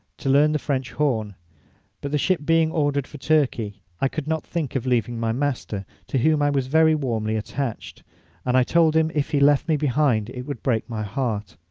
to learn the french horn but the ship being ordered for turkey turkey i could not think of leaving my master, to whom i was very warmly attached and i told him if he left me behind it would break my heart.